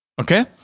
Okay